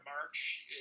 March